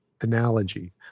analogy